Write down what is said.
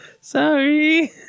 Sorry